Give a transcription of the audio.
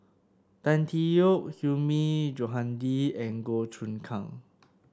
Tan Tee Yoke Hilmi Johandi and Goh Choon Kang